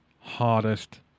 hardest